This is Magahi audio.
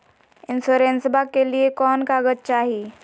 इंसोरेंसबा के लिए कौन कागज चाही?